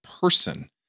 person